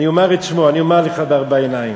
אני אומר את שמו, אני אומר לך בארבע עיניים.